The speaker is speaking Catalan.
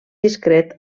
discret